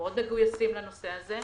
ומגויסים לנושא הזה,